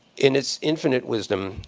in its infinite wisdom,